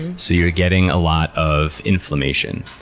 and so you're getting a lot of inflammation.